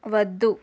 వద్దు